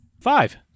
Five